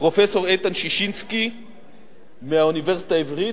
פרופסור איתן ששינסקי מהאוניברסיטה העברית,